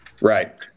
Right